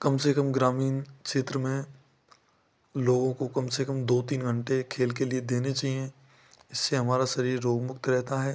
कम से कम ग्रामीन क्षेत्र में लोगों को कम से कम दो तीन घंटे खेल के लिए देने चाहिए इससे हमारा शरीर रोगमुक्त रहता है